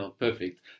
Perfect